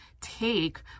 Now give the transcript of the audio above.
take